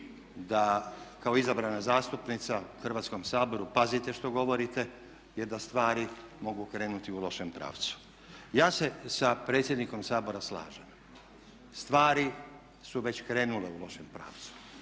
da kao izabrana zastupnica u Hrvatskom saboru pazite što govorite jer da stvari mogu krenuti u lošem pravcu. Ja se sa predsjednikom Sabora slažem. Stvari su već krenule u lošem pravcu.